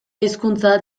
hizkuntza